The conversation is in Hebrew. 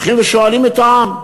הולכים ושואלים את העם,